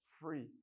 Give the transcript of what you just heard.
free